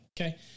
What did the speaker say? Okay